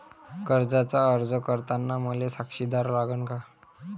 कर्जाचा अर्ज करताना मले साक्षीदार लागन का?